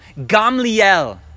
Gamliel